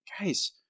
guys